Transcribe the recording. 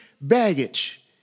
baggage